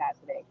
today